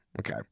Okay